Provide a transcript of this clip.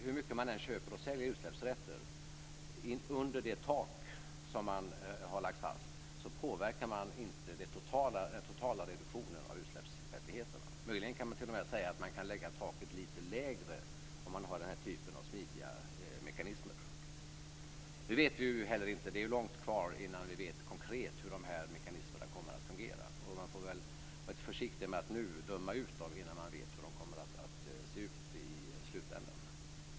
Hur mycket man än köper och säljer utsläppsrätter under det tak som är fastlagt påverkar man ändå inte den totala reduktionen av utsläppsrättigheterna. Möjligen kan man t.o.m. säga att man kan lägga taket lite lägre om man har den här typen av smidiga mekanismer. Det är långt kvar innan vi vet hur dessa mekanismer kommer att fungera konkret. Man får vara försiktig med att döma ut dem innan man vet hur de kommer att se ut i slutändan.